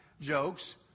jokes